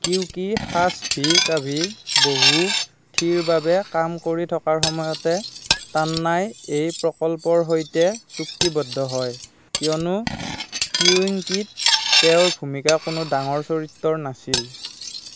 কিউকি সাছ ভি কাভি বহু থীৰ বাবে কাম কৰি থকাৰ সময়তে টান্নাই এই প্ৰকল্পৰ সৈতে চুক্তিবদ্ধ হয় কিয়নো কিউংকিত তেওঁৰ ভূমিকা কোনো ডাঙৰ চৰিত্ৰৰ নাছিল